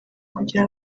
kugira